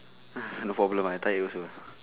no problem ah I tired also